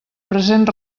present